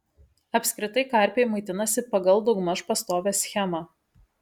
apskritai karpiai maitinasi pagal daugmaž pastovią schemą